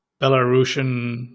Belarusian